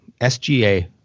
SGA